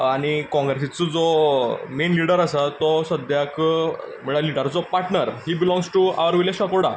आनी कॉंग्रेसीचो जो मैन लिडर आसा तो सद्याक म्हणल्यार लिडराचो पार्टनर ही belongs to our village of Kakoda